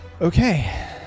okay